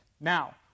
Now